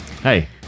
Hey